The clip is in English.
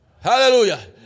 Hallelujah